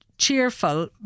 cheerful